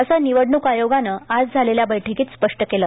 असं निवडण्क आयोगानं आज झालेल्या बैठकीत स्पष्ट केलं